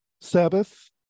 Sabbath